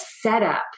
setup